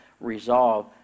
resolve